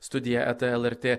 studija eta lrt